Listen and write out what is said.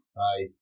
Hi